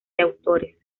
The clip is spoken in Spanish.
autores